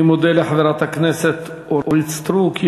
אני מודה לחברת הכנסת אורית סטרוק.